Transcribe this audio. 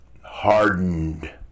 hardened